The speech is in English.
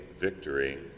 victory